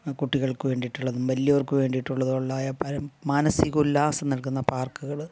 കുട്ടികൾക്ക് വേണ്ടി ഉള്ളതും വലിയവർക്ക് വേണ്ടി ഉള്ളതുമായ മാനസിക ഉല്ലാസം നൽകുന്ന പാർക്കുകൾ